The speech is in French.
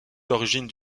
d’origine